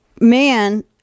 man